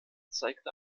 zeigte